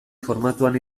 formatuan